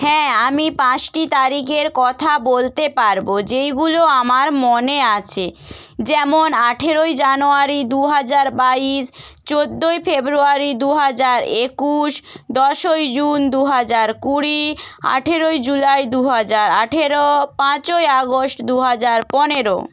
হ্যাঁ আমি পাঁচটি তারিখের কথা বলতে পারবো যেইগুলো আমার মনে আছে যেমন আঠেরোই জানুয়ারি দু হাজার বাইশ চোদ্দোই ফেব্রুয়ারি দু হাজার একুশ দশই জুন দু হাজার কুড়ি আঠেরোই জুলাই দু হাজার আঠেরো পাঁচই আগস্ট দু হাজার পনেরো